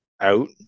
out